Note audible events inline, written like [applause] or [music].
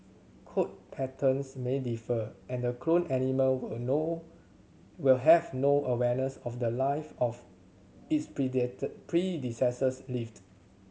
coat patterns may differ and the cloned animal will no will have no awareness of the life of its [unintelligible] predecessor lived